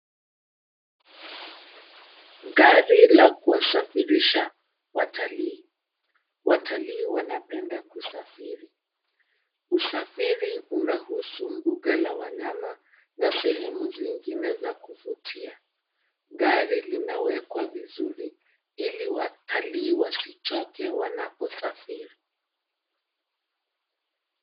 Gari la kuwasifirisha watalii, watalii wanapenda kusafiri, usafiri unahusu mbuga la wanyama na sehemu zingine za kuvutia. Gari linawekwa vizuri ili watalii wasichoke wanaposafiri.